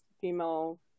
female